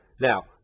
Now